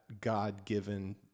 God-given